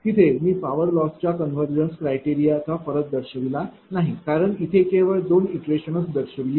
तिथे मी इथे पॉवर लॉस च्या कन्वर्जन्स क्रायटेरिया चा फरक दर्शविला नाही कारण इथे केवळ दोन इटरेशन दर्शविली आहेत